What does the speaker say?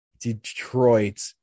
Detroit